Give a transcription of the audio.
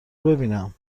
ببینم